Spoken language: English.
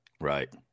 Right